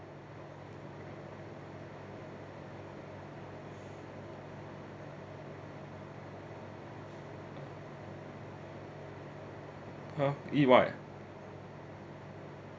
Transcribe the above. !huh! E_Y ah